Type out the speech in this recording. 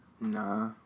Nah